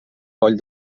coll